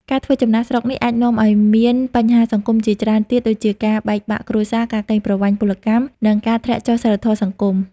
ការធ្វើចំណាកស្រុកនេះអាចនាំឱ្យមានបញ្ហាសង្គមជាច្រើនទៀតដូចជាការបែកបាក់គ្រួសារ ការកេងប្រវ័ញ្ចពលកម្ម និងការធ្លាក់ចុះសីលធម៌សង្គម។